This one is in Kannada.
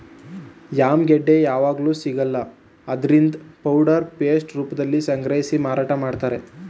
ಯಾಮ್ ಗೆಡ್ಡೆ ಯಾವಗ್ಲೂ ಸಿಗಲ್ಲ ಆದ್ರಿಂದ ಪೌಡರ್ ಪೇಸ್ಟ್ ರೂಪ್ದಲ್ಲಿ ಸಂಗ್ರಹಿಸಿ ಮಾರಾಟ ಮಾಡ್ತಾರೆ